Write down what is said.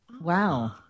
Wow